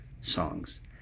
songs